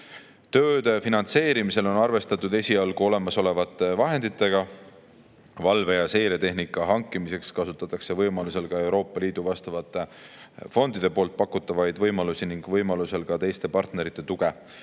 Tööde finantseerimisel on esialgu arvestatud olemasolevate vahenditega. Valve- ja seiretehnika hankimiseks kasutatakse võimalusel ka Euroopa Liidu vastavate fondide pakutavaid võimalusi ning võimalusel ka teiste partnerite tuge.